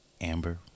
Amber